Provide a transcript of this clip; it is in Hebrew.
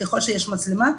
ככל שיש מצלמה,